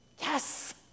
Yes